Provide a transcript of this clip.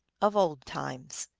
of old times.